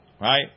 right